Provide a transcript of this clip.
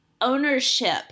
ownership